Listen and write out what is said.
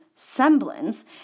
semblance